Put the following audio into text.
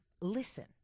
Listen